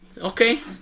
Okay